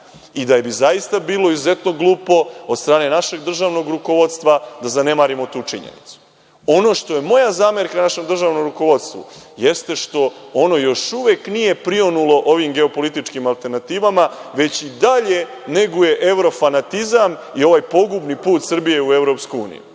i da bi zaista bilo izuzetno glupo od strane našeg državnog rukovodstva da zanemarimo tu činjenicu. Ono što je moja zamerka našem državnom rukovodstvu, ono još uvek nije prionulo ovim geopolitičkim alternativama već i dalje neguje evrofanatizam i ovo je pogubni put Srbije u EU